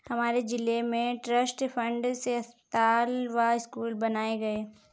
हमारे जिले में ट्रस्ट फंड से अस्पताल व स्कूल बनाए गए